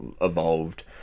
evolved